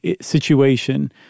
situation